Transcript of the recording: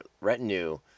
retinue